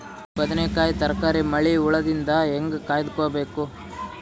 ಬದನೆಕಾಯಿ ತರಕಾರಿ ಮಳಿ ಹುಳಾದಿಂದ ಹೇಂಗ ಕಾಯ್ದುಕೊಬೇಕು?